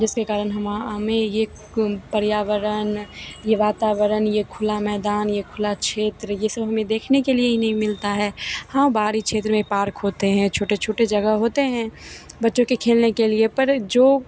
जिसके कारण हमाँ हमें यह पर्यावरण यह वातावरण यह खुला मैदान खुला क्षेत्र यह सब हमें देखने के लिए ही नहीं मिलता है हाँ बाहरी क्षेत्र में पार्क होते हैं छोटे छोटे जगह होते हैं बच्चों के खेलने के लिए पर जो